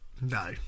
no